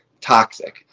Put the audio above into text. toxic